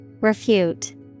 Refute